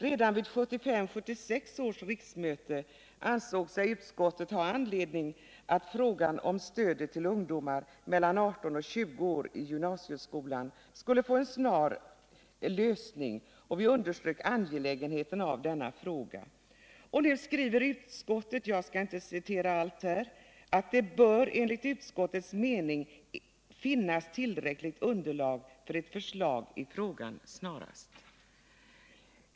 Redan vid 1975/76 års riksmöte ansåg sig utskottet ha anledning uttala att frågan om stödet till ungdomar mellan 18 och 20 år i gymnasieskolan borde få en snar lösning — vi underströk angelägenheten av detta. Nu har utskottet skrivit — jag skall inte referera allt här — att det enligt utskottets mening bör finnas tillräckligt underlag för ett förslag i frågan snarast.